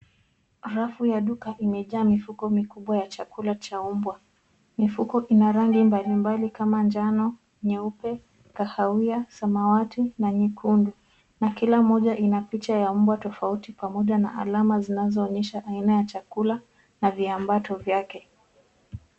Rafu ya duka imejaa mifuko mikubwa ya chakula cha mbwa. Mifuko ina rangi mbalimbali kama njano, nyupe, kahawia, samawati na nyekundu, na kila moja ina picha ya mbwa tofauti pamoja na alama zinazoonyesha aina ya chakula na viambato vyake.